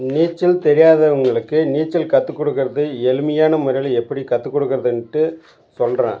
நீச்சல் தெரியாதவர்களுக்கு நீச்சல் கற்றுக் கொடுக்கறது எளிமையான முறையில் எப்படி கற்று கொடுக்கறதுன்ட்டு சொல்கிறேன்